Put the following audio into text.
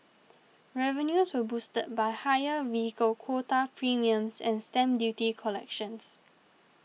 revenues were boosted by higher vehicle quota premiums and stamp duty collections